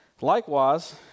Likewise